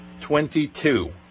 Twenty-two